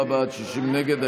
54 בעד, 60 נגד.